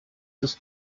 ist